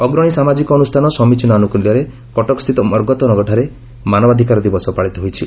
ଅଗ୍ରଶୀ ସାମାଜିକ ଅନୁଷାନ 'ସମୀଚୀନ' ଆନୁକୂଲ୍ୟରେ କଟକସ୍ଥିତ ମର୍କତନଗରଠାରେ ମାନବାଧିକାର ଦିବସ ପାଳିତ ହୋଇଛି